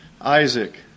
Isaac